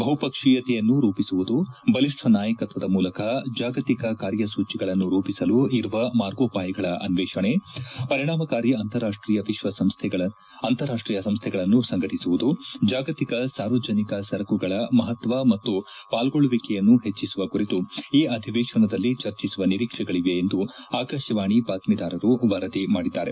ಬಹುಪಕ್ಷೀಯತೆಯನ್ನು ರೂಪಿಸುವುದು ಬಲಿಷ್ಟ ನಾಯಕತ್ವದ ಮೂಲಕ ಜಾಗತಿಕ ಕಾರ್ಯಸೂಚಿಗಳನ್ನು ರೂಪಿಸಲು ಇರುವ ಮಾರ್ಗೋಪಾಯಗಳ ಅನ್ನೇಷಣೆ ಪರಿಣಾಮಕಾರಿ ಅಂತಾರಾಷ್ಷೀಯ ಸಂಸ್ನೆಗಳನ್ನು ಸಂಘಟಿಸುವುದು ಜಾಗತಿಕ ಸಾರ್ವಜನಿಕ ಸರಕುಗಳ ಮಹತ್ವ ಮತ್ತು ಪಾಲ್ಗೊಳ್ಳುವಿಕೆಯನ್ನು ಹೆಚ್ಚಿಸುವ ಕುರಿತು ಈ ಅಧಿವೇಶನದಲ್ಲಿ ಚರ್ಚಿಸುವ ನಿರೀಕ್ಷೆಗಳಿವೆ ಎಂದು ಆಕಾಶವಾಣಿ ಬಾತ್ತೀದಾರರು ವರದಿ ಮಾಡಿದ್ದಾರೆ